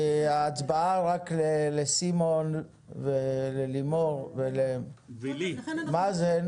ההצבעה רק לסימון וללימור ולי , מה זה?